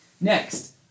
Next